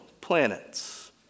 planets